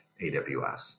AWS